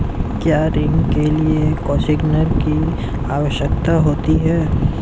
क्या ऋण के लिए कोसिग्नर की आवश्यकता होती है?